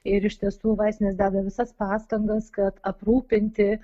ir iš tiesų vaistinės deda visas pastangas kad aprūpinti